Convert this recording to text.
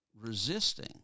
resisting